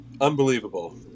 unbelievable